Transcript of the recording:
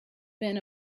been